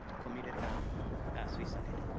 committed um ah suicide.